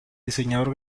diseñador